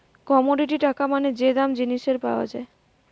commodity টাকা মানে যে দাম জিনিসের পাওয়া যায়